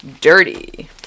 Dirty